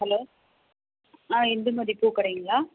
hello ஆ இந்துமதி பூக்கடைங்களா